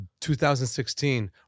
2016